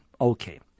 Okay